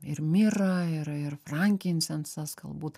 ir mira ir ir frankincensas galbūt